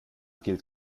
gilt